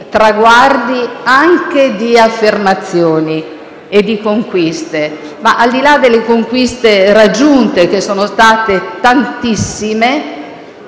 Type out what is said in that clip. traguardi, anche di affermazioni e di conquiste. Tuttavia, al di là delle conquiste raggiunte, che sono state tantissime,